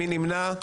מי נמנע?